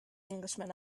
englishman